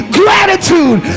gratitude